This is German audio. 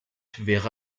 wäre